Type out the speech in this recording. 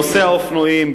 נושא האופנועים,